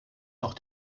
noch